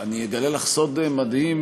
אני אגלה לך סוד מדהים,